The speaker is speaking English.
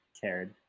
cared